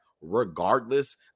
regardless